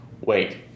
wait